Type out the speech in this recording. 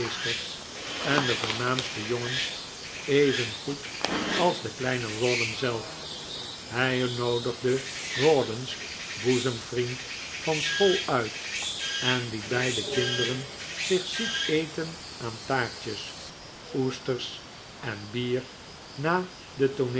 en de voornaamste jongens even goed als de kleine rawdon zelf hij noodigde rawdon's boezemvriend van school uit en liet beide kinderen zich ziek eten aan taartjes oesters en bier na de